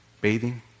bathing